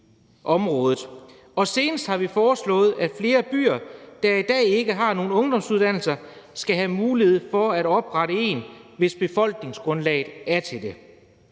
Og senest har vi foreslået, at flere byer, der i dag ikke har nogen ungdomsuddannelser, skal have mulighed for at oprette en, hvis befolkningsgrundlaget er til det.